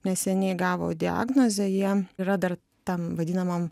neseniai gavo diagnozę jie yra dar tam vadinamam